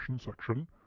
Section